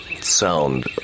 sound